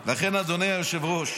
לכן, אדוני היושב-ראש,